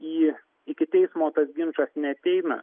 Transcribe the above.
į iki teismo tas ginčas neateina